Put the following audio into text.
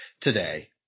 today